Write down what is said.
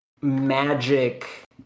magic